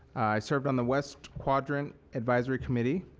i served on the west quadrant advisory committee.